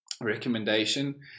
recommendation